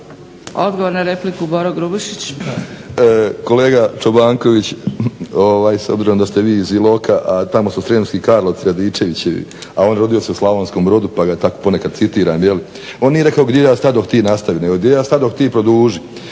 **Grubišić, Boro (HDSSB)** Kolega Čobanković s obzirom da ste vi iz Iloka, a tamo su Srijemski karlovci Radičevićevi, a on rodio se u Slavonskom brodu, pa ga tako ponekad citiram, je li. On nije rekao "Gdje ja stadoh ti nastavi.", nego "Gdje ja stadoh ti produži.",